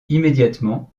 immédiatement